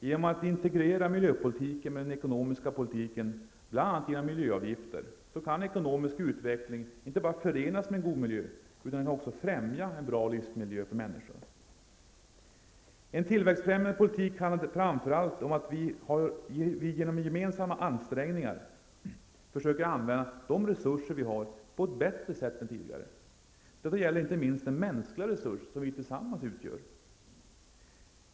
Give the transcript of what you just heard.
Genom att integrera miljöpolitiken med den ekonomiska politiken, bl.a. genom miljöavgifter, kan ekonomisk utveckling inte bara förenas med en god miljö, utan också främja en bra livsmiljö för människor. En tillväxtfrämjande politik handlar framför allt om att vi genom gemensamma ansträngningar försöker använda de resurser vi har på ett bättre sätt än tidigare. Detta gäller inte minst den mänskliga resurs som vi tillsammans utgör.